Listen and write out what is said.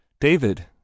David